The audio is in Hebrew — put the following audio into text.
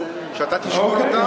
שאתה תשקול אותה,